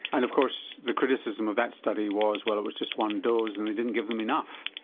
and of course the criticism of that study was well it was just one dose and they didn't give them enough.